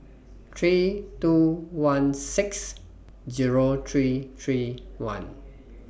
three two one six Zero three three one